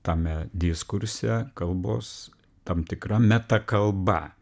tame diskurse kalbos tam tikra metakalba